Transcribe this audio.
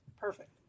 Perfect